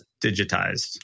digitized